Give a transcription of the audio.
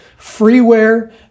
freeware